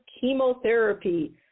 chemotherapy